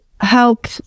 help